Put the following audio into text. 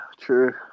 true